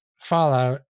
Fallout